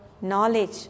knowledge